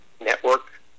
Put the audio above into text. network